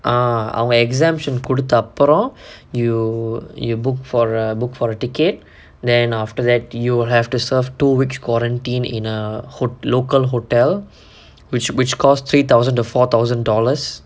ah அவங்க:avanga exemption குடுத்த அப்புறம்:kudutha appuram you you book for a book for a ticket then after that you will have to serve two weeks quarantine in a whole local hotel which which costs three thousand to four thousand dollars